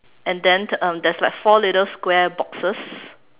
and then um there's like four little square boxes